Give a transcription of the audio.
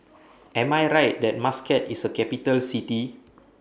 Am I Right that Muscat IS A Capital City